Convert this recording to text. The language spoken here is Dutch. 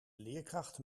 leerkracht